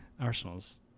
Arsenal's